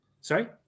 Sorry